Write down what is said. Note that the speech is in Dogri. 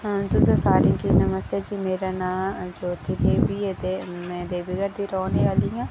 तुसें सारें गी नमस्ते जा मेरा नांऽ ज्तोति देवी ऐ ते में देवगढ़ दी रौह्नें आह्ली आं